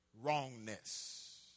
wrongness